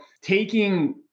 taking